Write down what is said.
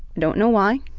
don't know why,